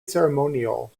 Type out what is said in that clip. ceremonial